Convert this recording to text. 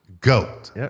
Goat